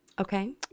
Okay